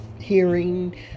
hearing